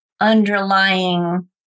underlying